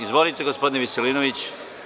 Izvolite gospodine Veselinović.